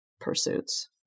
pursuits